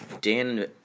Dan